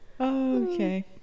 Okay